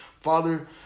Father